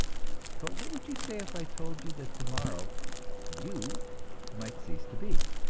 but what would you say if i told you that tomorrow you might cease to be,